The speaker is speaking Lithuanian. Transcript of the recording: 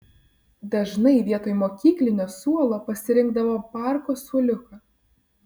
dažnai vietoj mokyklinio suolo pasirinkdavo parko suoliuką